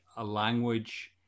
language